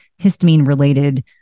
histamine-related